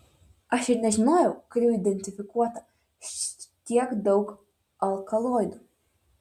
aš ir nežinojau kad jau identifikuota tiek daug alkaloidų